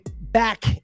back